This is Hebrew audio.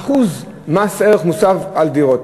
אחוז מס ערך מוסף על דירות.